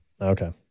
Okay